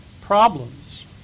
problems